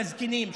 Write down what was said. בזקנים,